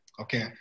Okay